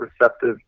receptive